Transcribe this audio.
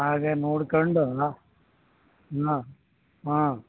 ಹಾಗೇ ನೋಡಿಕೊಂಡು ಹ್ಞೂ ಹಾಂ